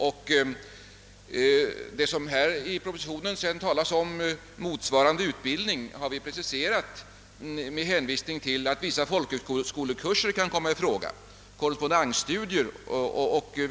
Och när det i propositionen talas om »motsvarande utbildning» har vi preciserat detta med en hänvisning till att vissa folkhögskolekurser och korrespondensstudier kan komma i fråga.